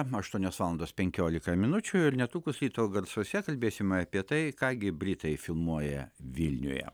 aštuonios valandos penkiolika minučių ir netrukus ryto garsuose kalbėsim apie tai ką gi britai filmuoja vilniuje